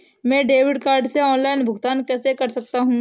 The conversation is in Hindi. मैं डेबिट कार्ड से ऑनलाइन भुगतान कैसे कर सकता हूँ?